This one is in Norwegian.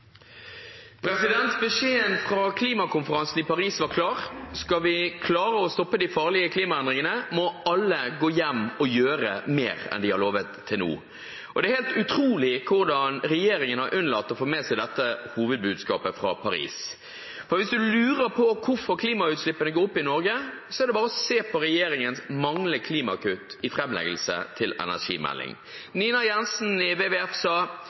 Beskjeden fra klimakonferansen i Paris var klar: Skal vi klare å stoppe de farlige klimaendringene, må alle gå hjem og gjøre mer enn de har lovet til nå. Det er helt utrolig hvordan regjeringen har unnlatt å få med seg dette hovedbudskapet fra Paris. Hvis man lurer på hvorfor klimautslippene går opp i Norge, er det bare å se på regjeringens manglende klimakutt i den framlagte energimeldingen. Nina Jensen i WWF sa